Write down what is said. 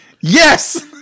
Yes